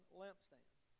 lampstands